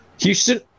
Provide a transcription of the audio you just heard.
Houston